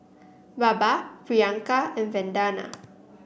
Baba Priyanka and Vandana